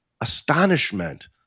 astonishment